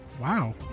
Wow